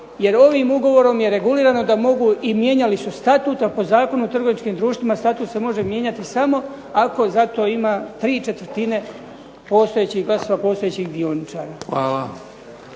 Jer ovim ugovorom je regulirano da mogu, i mijenjali su statut, ali po Zakonu o trgovačkim društvima statut se može mijenjati samo ako za to ima 3/4 postojećih glasova postojećih dioničara.